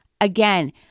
Again